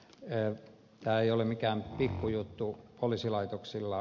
tämä ei ole mikään pikkujuttu poliisilaitoksilla